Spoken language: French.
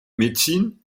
médecine